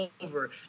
over